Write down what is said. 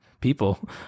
people